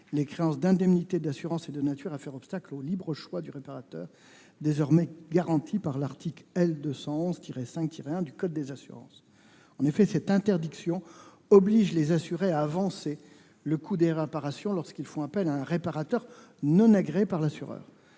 les créances d'indemnité d'assurance est de nature à faire obstacle au libre choix du réparateur, désormais garanti par l'article L. 211-5-1 du code des assurances. En effet, cette interdiction oblige les assurés à avancer le coût des réparations lorsqu'ils font appel à un réparateur non agréé par l'assureur.